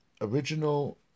original